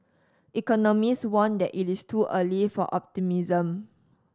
economist warned that it is too early for optimism